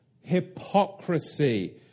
hypocrisy